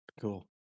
Cool